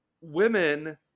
women